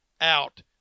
out